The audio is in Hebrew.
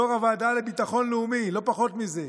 יו"ר הוועדה לביטחון לאומי, לא פחות מזה,